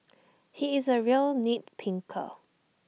he is A real nit picker